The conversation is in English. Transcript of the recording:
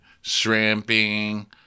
Shrimping